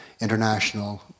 international